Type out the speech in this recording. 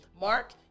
Mark